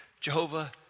Jehovah